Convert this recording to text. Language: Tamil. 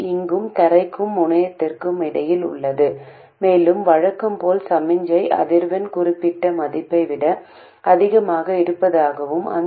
இது VGS இது மூல முனையம் மேலும் வடிகால் முனைக்கும் தரைக்கும் இடையே உள்ள எதிர்ப்பைக் கண்டறிய முயற்சிக்கிறோம்